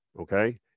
Okay